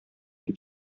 дип